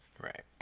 Right